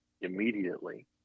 immediately